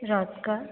रात का